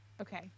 Okay